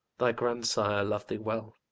thy grandsire lov'd thee well